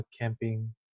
camping